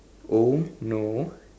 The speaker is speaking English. oh no